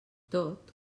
tot